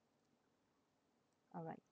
alright